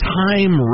time